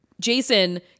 Jason